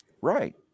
right